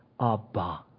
Abba